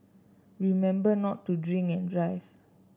remember not to drink and drive